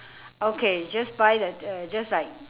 okay just buy the uh just like